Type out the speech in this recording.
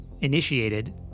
initiated